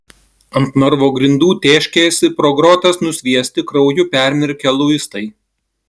ant narvo grindų tėškėsi pro grotas nusviesti krauju permirkę luistai